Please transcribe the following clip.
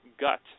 gut